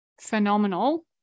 phenomenal